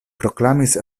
proklamis